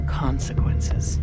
consequences